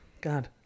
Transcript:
God